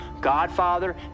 Godfather